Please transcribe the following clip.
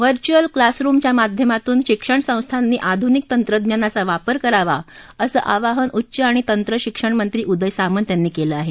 virtual क्लासरुमच्या माध्यमातून शिक्षणसंस्थांनी आधूनिक तंत्रज्ञानाचा वापर करावा असं आवाहन उच्च आणि तंत्रशिक्षणमंत्री उदय सामंत यांनी केलं आहे